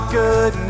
good